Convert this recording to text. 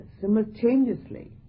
simultaneously